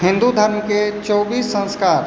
हिन्दू धर्मके चौबीस संस्कार